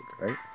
right